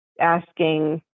asking